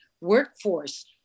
workforce